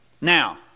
Now